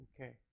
Okay